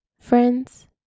Friends